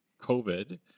COVID